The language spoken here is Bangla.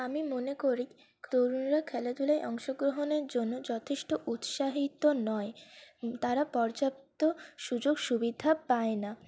আমি মনে করি তরুণরা খেলাধূলায় অংশগ্রহণের জন্য যথেষ্ট উৎসাহিত নয় তারা পর্যাপ্ত সুযোগ সুবিধা পায় না